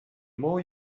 more